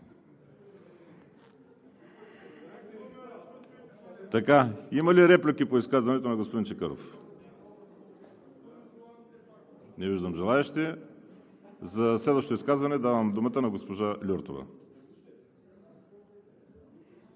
Има ли реплики по изказването на господин Чакъров? Не виждам. За следващото изказване давам думата на госпожа Люртова.